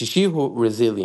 השישי הוא Resilience.